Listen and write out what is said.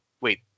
wait